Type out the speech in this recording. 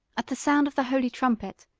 at the sound of the holy trumpet,